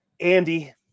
Andy